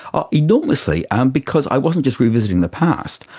ah enormously um because i wasn't just revisiting the past,